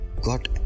got